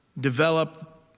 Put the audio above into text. develop